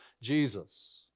Jesus